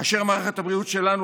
כאשר מערכת הבריאות שלנו,